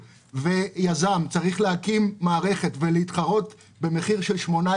ויזם צריך להקים מערכת ולהתחרות במחיר של 18